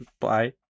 bye